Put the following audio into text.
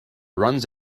runs